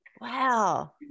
Wow